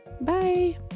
Bye